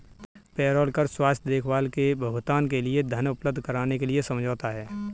payroll कर स्वास्थ्य देखभाल के भुगतान के लिए धन उपलब्ध कराने के लिए समझौता है